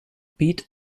pete